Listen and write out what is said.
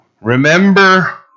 Remember